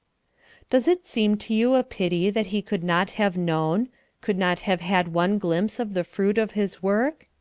does it seem to you a pity that he could not have known could not have had one glimpse of the fruit of his work?